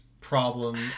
problem